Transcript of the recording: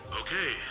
Okay